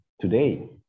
today